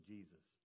Jesus